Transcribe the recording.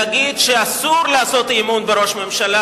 להגיד שאסור לעשות אי-אמון בראש ממשלה